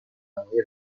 راهنمایی